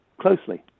closely